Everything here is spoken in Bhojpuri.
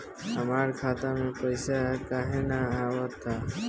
हमरा खाता में पइसा काहे ना आव ता?